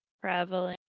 traveling